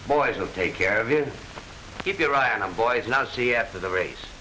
boys will take care of you keep your eye on the boys now see after the race